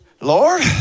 Lord